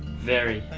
very.